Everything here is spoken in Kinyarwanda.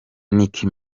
nicki